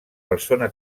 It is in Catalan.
persona